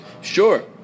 Sure